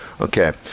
Okay